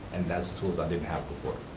and that's tools i didn't have before.